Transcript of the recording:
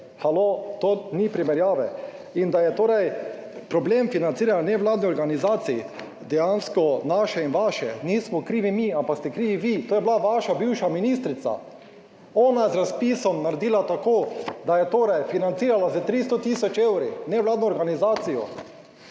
halo, to ni primerjave. In da je torej problem financiranja nevladnih organizacij dejansko naše in vaše, nismo krivi mi, ampak ste krivi vi. To je bila vaša bivša ministrica. Ona je z razpisom naredila tako, da je torej financirala s 300 tisoč evri nevladno organizacijo,